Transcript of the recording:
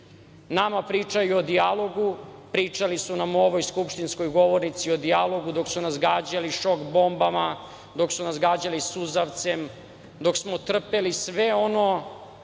Nama pričaju o dijalogu. Pričali su nam u ovoj skupštinskoj govornici o dijalogu dok su nas gađali šok bombama, dok su nas gađali suzavcem, dok smo trpeli sve ono